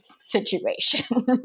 situation